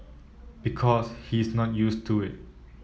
because he's not used to it